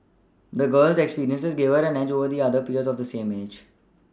the girls experiences gave her an edge over the other peers of the same age